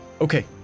okay